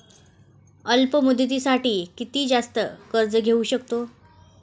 अल्प मुदतीसाठी किती जास्त कर्ज घेऊ शकतो?